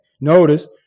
Notice